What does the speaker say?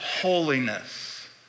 holiness